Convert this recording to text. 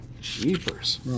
Jeepers